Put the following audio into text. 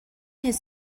his